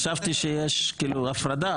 אני חשבתי שיש הפרדה,